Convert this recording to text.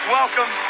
welcome